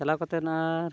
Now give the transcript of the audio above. ᱪᱟᱞᱟᱣ ᱠᱟᱛᱮ ᱟᱨ